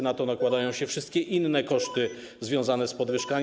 Na to nakładają się wszystkie inne koszty związane z podwyżkami.